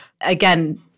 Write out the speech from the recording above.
Again